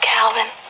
Calvin